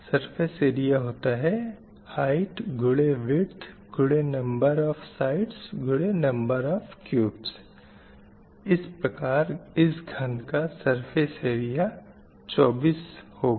Surface area height x width x number of sides x number of cubes इस प्रकार इस घन का surface area 24 24 होगा